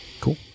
Cool